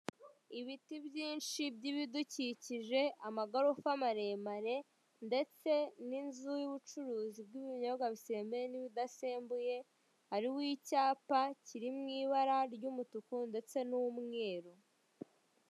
Ibiti byinshi by'ibidukikije amagorofa maremare, ndetse n'inzu y'ubucuruzi bw'ibinyobwa bisembuye n'ibidasembuye, hariho icyapa kiri mu ibara ry'umutuku ndetse n'umweru.